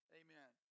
amen